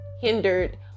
hindered